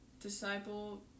disciple